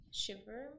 shiver